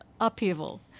upheaval